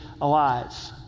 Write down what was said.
alive